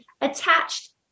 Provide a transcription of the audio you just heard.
attached